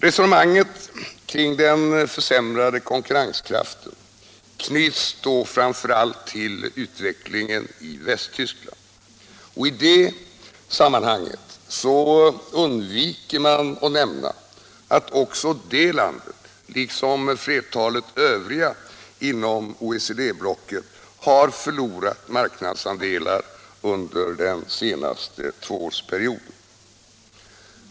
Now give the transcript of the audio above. Resonemanget kring den försämrade konkurrenskraften knyts framför allt till utvecklingen i Västtyskland. I det sammanhanget undviker man att nämna att också det landet, liksom flertalet övriga inom OECD-blocket, har förlorat marknadsandelar under den senaste tvåårsperioden.